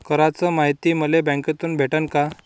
कराच मायती मले बँकेतून भेटन का?